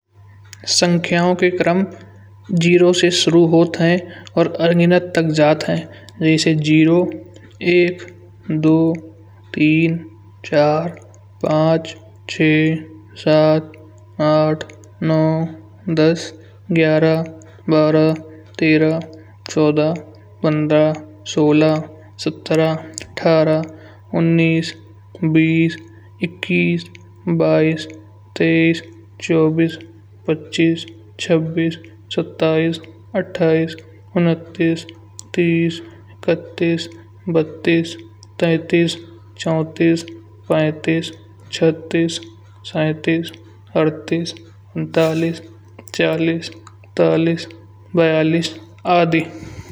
संख्याओं के क्रम शून्य से शुरू होता है और अनगिनत तक जात है। जैसे एक, दो, तीन, चार, पांच, छह, सात, आठ, नौ, दस, ग्यारह, बारह, तेरह, चौदह, पंद्रह, सोलह, सत्रह, अठारह, उन्नीस, बीस। इक्कीस, बाईस, तेईस, चौबीस, पच्चीस, छब्बीस, सत्ताईस, अट्ठाईस, उन्तीस, तीस, इकत्तीस, बत्तीस, तैंतीस, चार्तीस। पैंतीस, छत्तीस, सैंतीस, अड़तीस, उनचालीस, चालीस, इकतालीस, बयालीस आदि।